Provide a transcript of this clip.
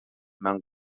mewn